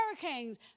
hurricanes